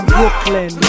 Brooklyn